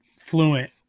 fluent